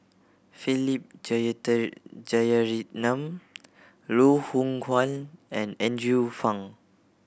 Philip Jeyaretnam Loh Hoong Kwan and Andrew Phang